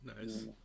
Nice